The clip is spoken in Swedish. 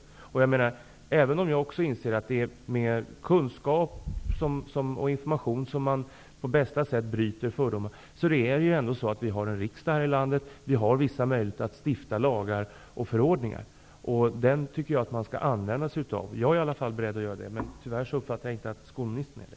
Också jag inser naturligtvis att det är med kunskap och information som man på bästa sätt bryter fördomar, men vi har ju ändå en riksdag här i landet, och vi har vissa möjligheter att stifta lagar. Jag tycker att vi skall använda oss av den möjligheten. Jag är i alla fall beredd att göra det, men tyvärr uppfattar jag inte att skolministern är det.